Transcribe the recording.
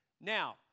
Now